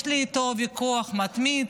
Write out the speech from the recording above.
יש לי איתו ויכוח מתמיד,